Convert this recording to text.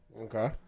Okay